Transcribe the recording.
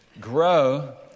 grow